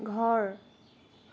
ঘৰ